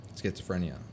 schizophrenia